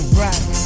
right